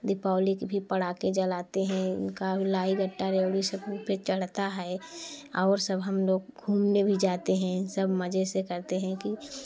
दीपावली की भी पटाखे जलाते हैं उनका भी लाई गट्टा रेवड़ी सब उनपे चढ़ता है और सब हम लोग घूमने भी जाते हैं सब मज़े से करते हैं कि